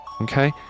Okay